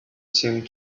seemed